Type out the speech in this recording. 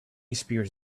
spears